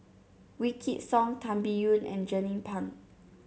Wykidd Song Tan Biyun and Jernnine Pang